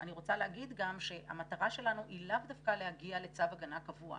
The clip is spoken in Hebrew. אני רוצה לומר שהמטרה שלנו היא לאו דווקא להגיע לצו הגנה קבוע.